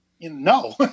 no